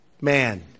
man